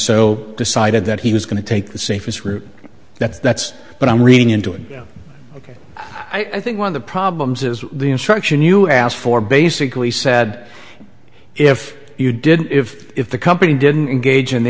so decided that he was going to take the safest route that that's what i'm reading into it ok i think one of the problems is the instruction you asked for basically said if you did if if the company didn't engage in the